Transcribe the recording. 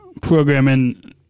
Programming